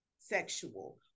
sexual